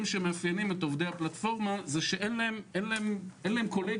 שמאפיינים את עובדי הפלטפורמה הוא זה שאין להם קולגה,